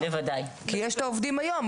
כי יש את העובדים היום,